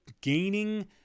gaining